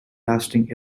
lasting